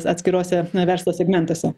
atskiruose verslo segmentuose